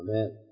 Amen